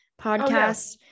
podcast